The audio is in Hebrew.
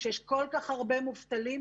כשיש כל כך הרבה מובטלים,